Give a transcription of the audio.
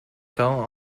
fell